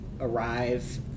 arrive